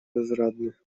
bezradny